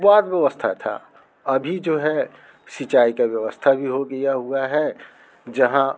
बाद व्यवस्था था अभी जो है सिंचाई की व्यवस्था भी हो गया हुआ है जहाँ